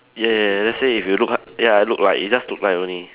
ya ya ya let's say if you look uh ya look like you just look like only